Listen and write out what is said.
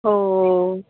so